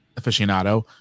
aficionado